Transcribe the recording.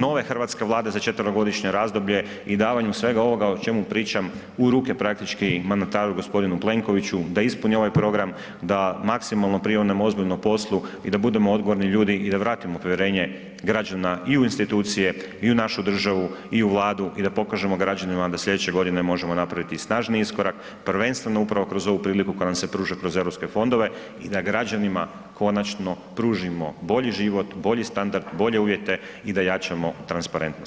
nove hrvatske vlade za 4-godišnje razdoblje i davanju svega ovoga o čemu pričam u ruke praktički mandataru g. Plenkoviću da ispuni ovaj program, da maksimalno prionemo ozbiljno poslu i da budemo odgovorni ljudi i da vratimo povjerenje građana i u institucije i u našu državu i u vladu i da pokažemo građanima da slijedeće godine možemo napraviti i snažniji iskorak, prvenstveno upravo kroz ovu priliku koja nam se pruža kroz europske fondove i da građanima konačno pružimo bolji život, bolji standard, bolje uvjete i da jačamo transparentnost.